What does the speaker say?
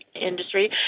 industry